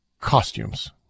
costumes